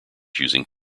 using